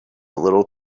little